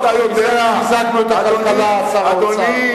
אתה יודע, אדוני, את הכלכלה, שר האוצר.